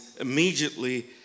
immediately